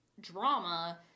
drama